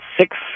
six